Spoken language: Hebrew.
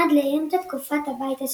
עד לאמצע תקופת הבית השני,